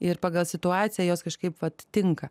ir pagal situaciją jos kažkaip vat tinka